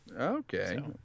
Okay